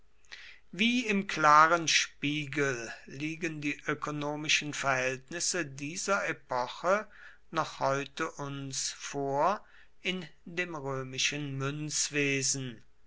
wie im klaren spiegel liegen die ökonomischen verhältnisse dieser epoche noch heute uns vor in dem römischen